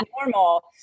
normal